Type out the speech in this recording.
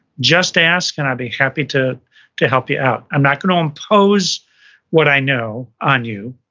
just ask and i'd be happy to to help you out. i'm not gonna impose what i know on you,